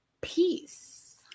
peace